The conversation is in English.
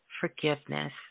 forgiveness